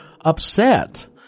upset